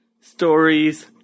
stories